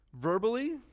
verbally